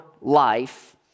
life